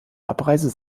abreise